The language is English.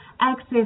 access